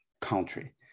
country